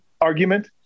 argument